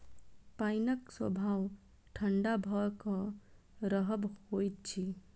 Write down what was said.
पाइनक स्वभाव ठंढा भ क रहब होइत अछि